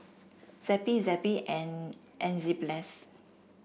Zappy Zappy and Enzyplex